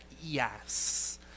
yes